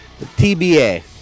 TBA